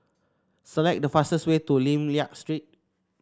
select the fastest way to Lim Liak Street